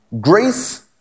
grace